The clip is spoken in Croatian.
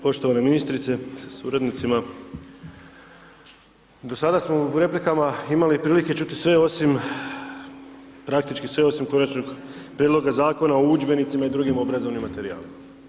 Poštovana ministrice sa suradnicima, do sada smo u replikama imali prilike čuti sve osim praktički sve osim Konačnog prijedloga Zakona o udžbenicima i drugi obrazovni materijal.